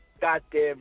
goddamn